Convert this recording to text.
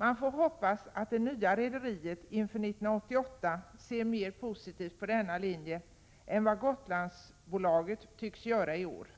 Man får hoppas att det nya rederiet inför 1988 ser mer positivt på denna linje än vad Gotlandsbolaget tycks göra i år.